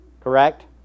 correct